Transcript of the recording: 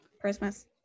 christmas